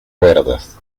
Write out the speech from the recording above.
cuerdas